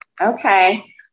Okay